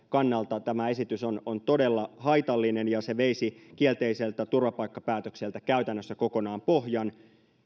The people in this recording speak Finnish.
kannalta tämä esitys on on todella haitallinen ja se veisi kielteiseltä turvapaikkapäätökseltä käytännössä kokonaan pohjan